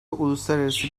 uluslararası